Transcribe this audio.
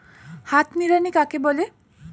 হাত নিড়ানি কাকে বলে?